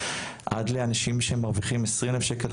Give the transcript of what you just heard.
עד לאנשים שמרוויחים 20 אלף שקל,